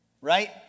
right